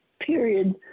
period